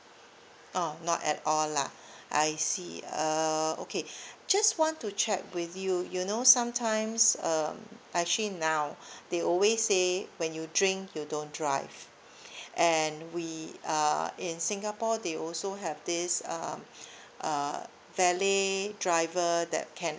oh not at all lah I see uh okay just want to check with you you know sometimes um actually now they always say when you drink you don't drive and we uh in singapore they also have this um uh valet driver that can